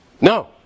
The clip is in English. No